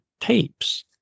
tapes